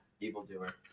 evildoer